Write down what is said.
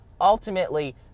ultimately